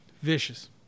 vicious